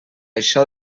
això